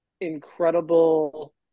Incredible